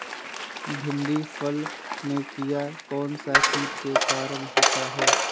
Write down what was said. भिंडी फल में किया कौन सा किट के कारण होता है?